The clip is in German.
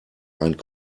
einen